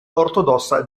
ortodossa